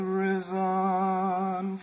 risen